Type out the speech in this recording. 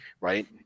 right